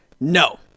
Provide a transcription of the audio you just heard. No